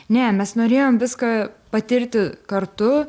ne mes norėjom viską patirti kartu